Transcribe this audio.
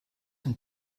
dem